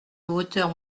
hauteur